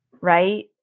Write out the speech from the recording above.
right